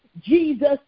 Jesus